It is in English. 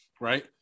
right